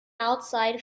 outside